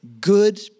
good